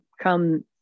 come